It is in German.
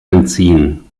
entziehen